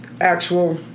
actual